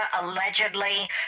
allegedly